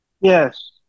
Yes